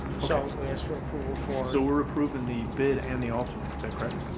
so as for approval for. so we're approving the bid and the alternate is that correct?